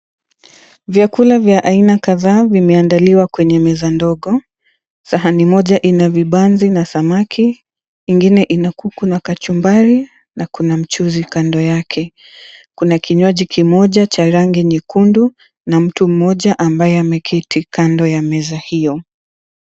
Vyakula vya aina kadhaa vimeandaliwa kwenye meza ndogo. Sahani moja ina vibanzi na samaki, ingine ina kuku na kachumbari na kuna mchuzi kando yake. Kuna kinywaji kimoja cha rangi nyekundu na mtu mmoja ambaye ameketi kando ya meza hiyo.